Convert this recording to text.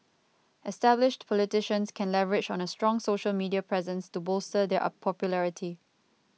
established politicians can leverage on a strong social media presence to bolster their popularity